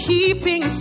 Keeping